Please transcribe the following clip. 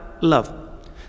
love